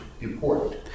important